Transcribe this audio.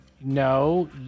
no